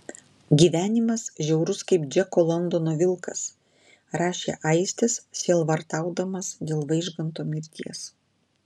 gyvenimas žiaurus kaip džeko londono vilkas rašė aistis sielvartaudamas dėl vaižganto mirties